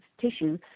tissue